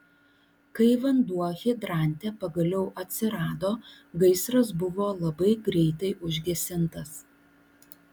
kai vanduo hidrante pagaliau atsirado gaisras buvo labai greitai užgesintas